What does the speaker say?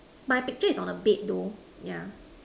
my picture is on the bed though yeah